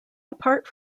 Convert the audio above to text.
apart